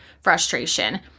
frustration